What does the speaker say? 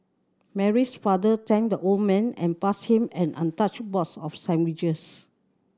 Mary's father thanked the old man and passed him an untouched box of sandwiches